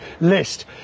list